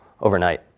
overnight